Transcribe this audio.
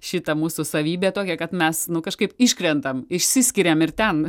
šitą mūsų savybę tokią kad mes nu kažkaip iškrentam išsiskiriam ir ten